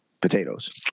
Potatoes